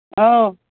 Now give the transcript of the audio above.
ꯑꯧ